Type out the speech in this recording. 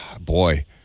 boy